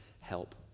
help